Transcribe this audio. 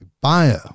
Bio